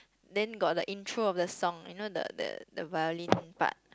then got the intro of the song you know the the the violin part